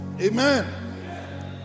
Amen